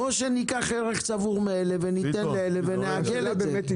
או שניקח ערך צבור מאלה וניתן לאלה ונעגל את זה.